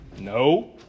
No